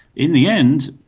in the end,